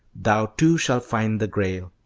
thou too shalt find the grail.